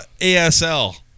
ASL